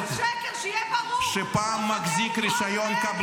חברת הכנסת טלי גוטליב -- תתבייש לך,